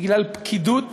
בגלל פקידות